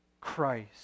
Christ